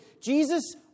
Jesus